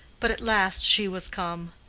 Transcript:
but at last she was come.